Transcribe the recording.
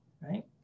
right